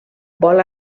vol